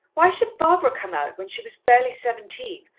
why should barbara come out when she was barely seventeen,